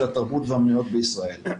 של התרבות והאמנויות בישראל.